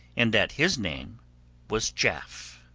and that his name was jaf.